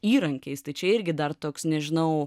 įrankiais tai čia irgi dar toks nežinau